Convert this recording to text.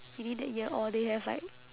within that year or they have like